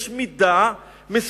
יש מידה מסוימת,